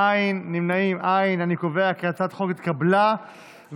ההצעה להעביר את הצעת חוק הצעת חוק הרשות